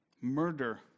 Murder